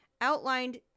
outlined